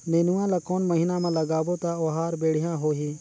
नेनुआ ला कोन महीना मा लगाबो ता ओहार बेडिया होही?